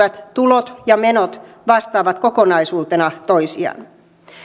tulot ja menot vastaavat kokonaisuutena toisiaan